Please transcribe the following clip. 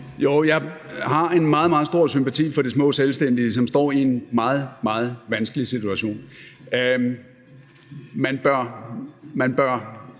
Jo, jeg har en meget, meget stor sympati for de små selvstændige, som står i en meget, meget vanskelig situation. Man bør